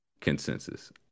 consensus